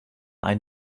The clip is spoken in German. ein